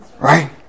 Right